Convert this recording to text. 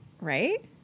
Right